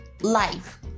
life